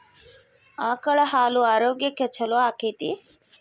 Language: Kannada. ಆಕಳ ಹಾಲು ಆರೋಗ್ಯಕ್ಕೆ ಛಲೋ ಆಕ್ಕೆತಿ?